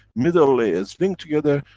middle layers link together,